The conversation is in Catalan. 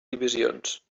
divisions